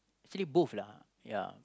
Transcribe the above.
sea food lah ya